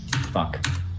Fuck